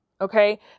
okay